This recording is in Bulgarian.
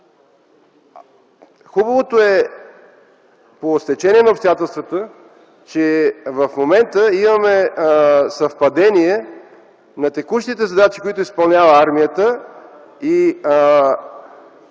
Хубавото е, по стечение на обстоятелствата, че в момента имаме съвпадение на текущите задачи, които изпълнява армията, и